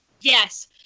Yes